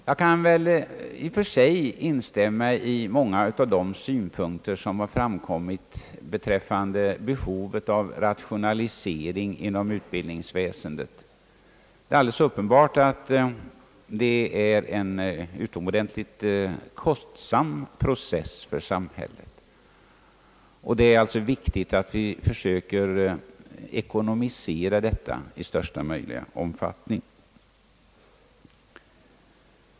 Jag kan väl i och för sig instämma i många av de synpunkter som har framkommit beträffande behovet av rationalisering inom <utbildningsväsendet. Det är alldeles uppenbart att det är en utomordentligt kostsam process för samhället, och det är alltså viktigt att vi försöker ekonomisera denna i största möjliga omfattning.